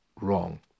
wrong